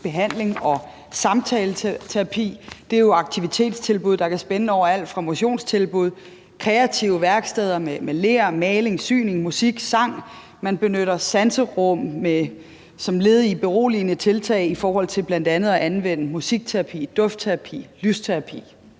behandling og samtaleterapi. Det er jo aktivitetstilbud, der kan spænde over alt fra motionstilbud til kreative værksteder med ler, maling, syning, musik og sang, og man benytter sanserum som led i beroligende tiltag i forhold til bl.a. at anvende musikterapi, duftterapi, lysterapi.